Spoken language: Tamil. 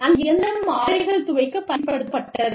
அந்த இயந்திரம் ஆடைகள் துவைக்கப் பயன்படுத்தப்பட்டது